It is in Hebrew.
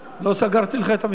לא סגרתי לך את המיקרופון.